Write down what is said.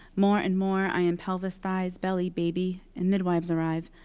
more and more, i am pelvis, thighs, belly, baby, and midwives arrive.